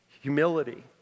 Humility